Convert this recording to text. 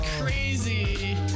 crazy